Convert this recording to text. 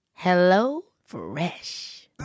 HelloFresh